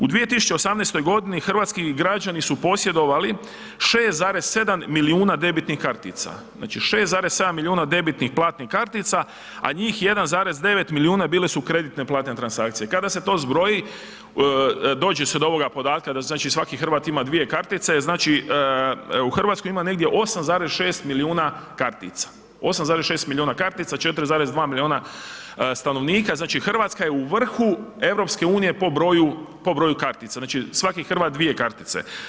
U 2018.g. hrvatski građani su posjedovali 6,7 milijuna debitnih kartica, znači 6,7 milijuna debitnih platnih kartica, a njih 1,9 milijuna bile su kreditne platne transakcije, kada se to zbroji, dođe se do ovoga podatka da znači svaki Hrvat ima dvije kartice, znači u RH ima negdje 8,6 milijuna kartica, 8,6 milijuna kartica, 4,2 milijuna stanovnika, znači RH je u vrhu EU po broju, po broju kartica, znači svaki Hrvat dvije kartice.